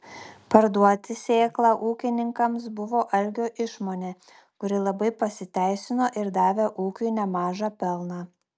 parduoti sėklą ūkininkams buvo algio išmonė kuri labai pasiteisino ir davė ūkiui nemažą pelną